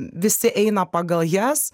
visi eina pagal jas